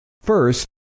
First